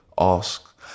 ask